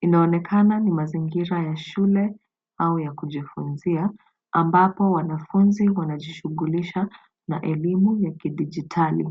Inaonekana ni mazingira ya shule au ya kujifunzia ambapo wanafunzi wanajishugulisha na elimu ya kidijitali.